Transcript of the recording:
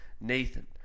Nathan